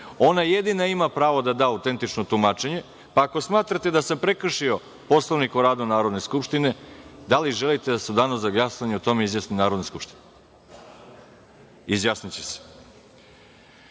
Ona jedina ima pravo da da autentično tumačenje. Pa, ako smatrate da sam prekršio Poslovnik o radu Narodne skupštine, da li želite da se u danu za glasanje o tome izjasni Narodna skupština?(Marko